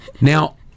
Now